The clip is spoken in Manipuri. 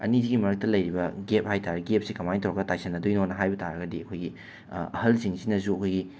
ꯑꯅꯤꯁꯤꯒꯤ ꯃꯔꯛꯇ ꯂꯩꯔꯤꯕ ꯒꯦꯞ ꯍꯥꯏꯕ ꯇꯥꯔꯦ ꯒꯦꯞꯁꯦ ꯀꯃꯥꯏꯅ ꯇꯧꯔꯒ ꯇꯥꯏꯁꯤꯟꯅꯗꯣꯏꯅꯣꯅ ꯍꯥꯏꯕ ꯇꯥꯔꯒꯗꯤ ꯑꯩꯈꯣꯏꯒꯤ ꯑꯍꯜꯁꯤꯡꯁꯤꯅꯁꯨ ꯑꯩꯈꯣꯏꯒꯤ